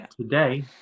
today